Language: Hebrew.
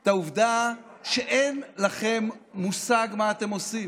את העובדה שאין לכם מושג מה אתם עושים.